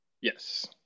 Yes